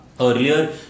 Earlier